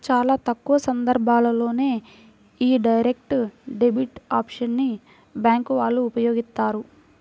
చాలా తక్కువ సందర్భాల్లోనే యీ డైరెక్ట్ డెబిట్ ఆప్షన్ ని బ్యేంకు వాళ్ళు ఉపయోగిత్తారు